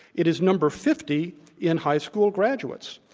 it is number fifty in high school graduates.